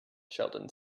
sheldon